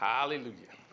Hallelujah